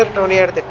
ah tony had